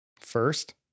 First